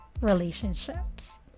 relationships